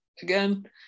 again